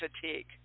fatigue